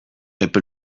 epe